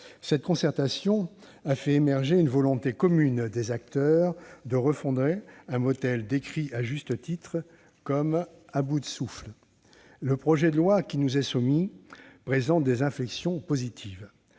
Cette concertation a fait émerger une volonté commune des acteurs de refonder un modèle décrit, à juste titre, comme à bout de souffle. Le projet de loi qui nous est soumis présente des inflexions positives.